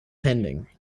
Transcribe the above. pending